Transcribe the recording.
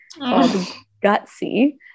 gutsy